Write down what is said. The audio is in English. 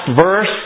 verse